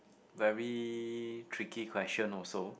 very tricky question also